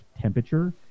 temperature